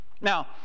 Now